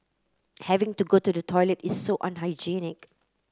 having to go to the toilet is so unhygienic